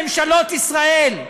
בממשלות ישראל,